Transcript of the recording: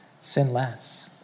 sinless